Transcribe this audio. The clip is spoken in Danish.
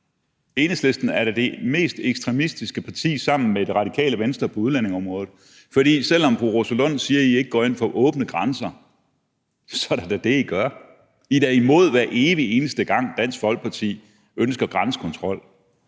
Radikale Venstre det mest ekstremistiske parti på udlændingeområdet. For selv om fru Rosa Lund siger, at Enhedslisten ikke går ind for åbne grænser, så er det da det, I gør. I er da imod, hver evig eneste gang Dansk Folkeparti ønsker grænsekontrol.